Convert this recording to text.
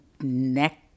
neck